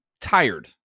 tired